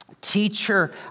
teacher